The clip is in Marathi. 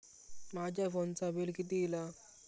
माझ्या फोनचा बिल किती इला?